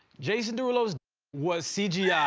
jason derulo's was cgied yeah